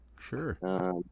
Sure